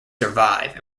survive